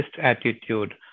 attitude